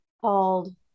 called